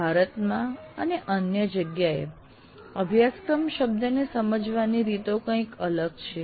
ભારતમાં અને અન્ય જગ્યાએ "અભ્યાસક્રમ" શબ્દને સમજવાની રીતો કંઈક અલગ છે